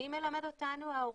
מי מלמד אותנו ההורים,